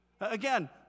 Again